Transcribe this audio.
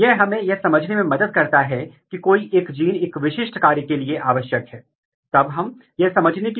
यदि मैं एक क्रॉस बना सकता हूं और यदि दोनों उत्परिवर्तन एक ही स्थान पर हैं तो क्या होने वाला है